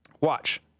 watch